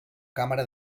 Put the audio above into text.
càmera